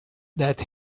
that